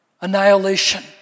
annihilation